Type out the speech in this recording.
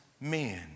men